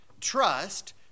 Trust